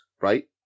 right